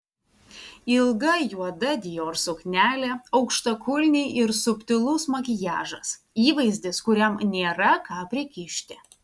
ilga juoda dior suknelė aukštakulniai ir subtilus makiažas įvaizdis kuriam nėra ką prikišti